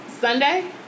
sunday